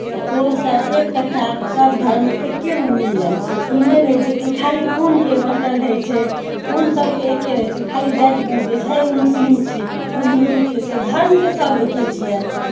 तऽ ओसभ एकट्ठा सभ धर्म एक्केमे मिलि जाइ छियै ई नहि रहै छै कि खाली खूनके बाँटल रहै छै खून सभके एके रहै छै खाली जाति बाँटि दै छै है ओ मुस्लिम छियै ओ हिन्दू छियै धर्म तऽ सभ एके छियै